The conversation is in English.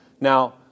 Now